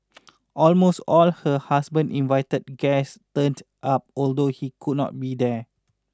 almost all her husband invited guests turned up although he could not be there